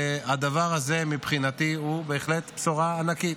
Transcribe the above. והדבר הזה מבחינתי הוא בהחלט בשורה ענקית.